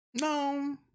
No